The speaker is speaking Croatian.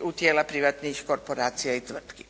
u tijela privatnih korporacija i tvrtki.